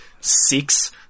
six